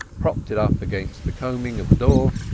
propped it up against the coaming of the door,